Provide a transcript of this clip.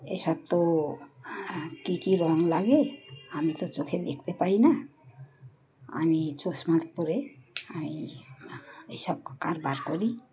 এসব তো কী কী রঙ লাগে আমি তো চোখে দেখতে পাই না আমি চশমা পরে আমি এসব কারবার করি